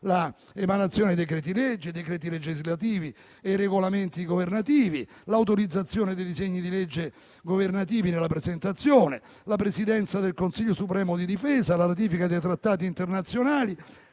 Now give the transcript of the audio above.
l'emanazione di decreti-legge, decreti legislativi e regolamenti governativi, l'autorizzazione della presentazione dei disegni di legge governativi, la Presidenza del Consiglio supremo di difesa, la ratifica dei trattati internazionali